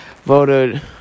voted